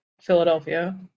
Philadelphia